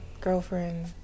girlfriend